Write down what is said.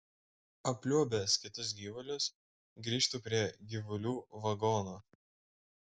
apliuobęs kitus gyvulius grįžtu prie gyvulių vagono